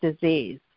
disease